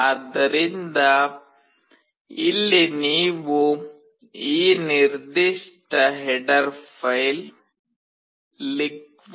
ಆದ್ದರಿಂದ ಇಲ್ಲಿ ನೀವು ಈ ನಿರ್ದಿಷ್ಟ ಹೆಡರ್ ಫೈಲ್ LiquidCrystal